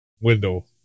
window